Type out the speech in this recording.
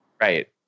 Right